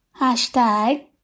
Hashtag